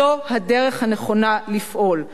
זו הדרך הנכונה לפעול.